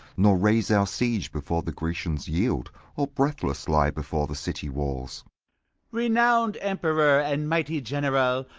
nor raise our siege before the grecians yield, or breathless lie before the city-walls renowmed emperor and mighty general,